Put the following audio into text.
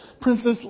Princess